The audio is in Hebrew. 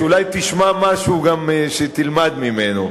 אולי גם תשמע משהו שתלמד ממנו.